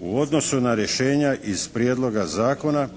u odnosu na rješenja iz Prijedloga zakona